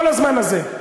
כל הזמן הזה.